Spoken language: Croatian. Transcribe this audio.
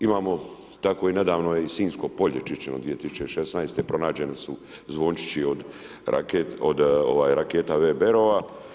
Imamo, tako i nedavno je i Sinjsko polje čišćeno 2016. pronađeni su zvončići od raketa VBR-ova.